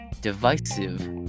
divisive